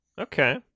Okay